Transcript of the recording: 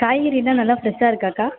காய்கறி எல்லாம் நல்லா ஃப்ரெஷ்ஷா இருக்காக்கா